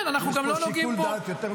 יש פה שיקול דעת יותר מקצועי.